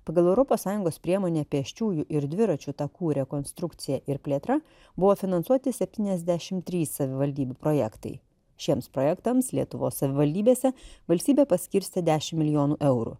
pagal europos sąjungos priemonę pėsčiųjų ir dviračių takų rekonstrukcija ir plėtra buvo finansuoti septyniasdešimt trys savivaldybių projektai šiems projektams lietuvos savivaldybėse valstybė paskirstė dešimt milijonų eurų